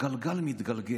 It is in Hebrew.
הגלגל מתגלגל,